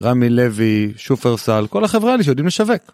רמי לוי, שופרסל, כל החבר'ה האלה שיודעים לשווק.